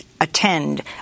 attend